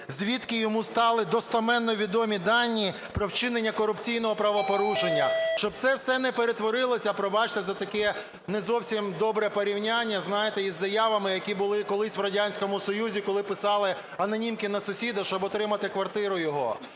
звідки йому стали достеменно відомі дані про вчинення корупційного правопорушення. Щоб це все не перетворилося, пробачте за таке не зовсім добре порівняння – знаєте? – із заявами, які були колись в Радянському Союзі, коли писали анонімки на сусіда, щоб отримати квартиру його.